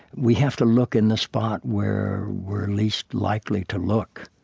we have to look in the spot where we're least likely to look.